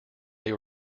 they